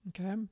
okay